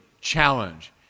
challenge